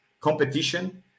competition